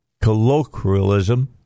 colloquialism